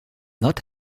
not